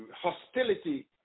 hostility